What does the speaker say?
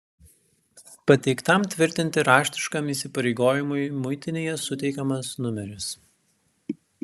pateiktam tvirtinti raštiškam įsipareigojimui muitinėje suteikiamas numeris